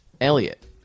Elliot